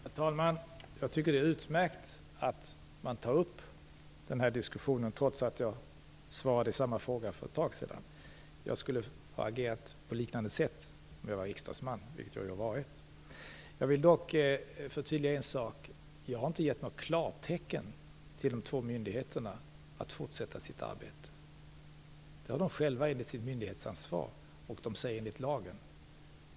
Herr talman! Jag tycker att det är utmärkt att man tar upp denna diskussion, trots att jag svarade i samma fråga för ett tag sedan. Jag skulle ha agerat på liknande sätt om jag var riksdagsman, vilket jag också har varit. Jag vill dock förtydliga en sak. Jag har inte gett något klartecken till de två myndigheterna att fortsätta sitt arbete. Det har de bestämt själva, enligt sitt myndighetsansvar och enligt lagen.